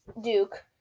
Duke